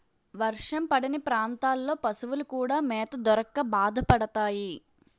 వర్షం పడని ప్రాంతాల్లో పశువులు కూడా మేత దొరక్క బాధపడతాయి